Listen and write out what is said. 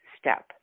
step